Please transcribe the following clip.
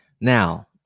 Now